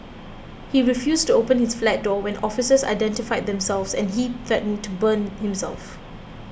he refused to open his flat door when officers identified themselves and he threatened to burn himself